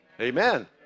Amen